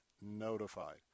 notified